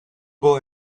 boy